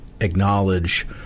acknowledge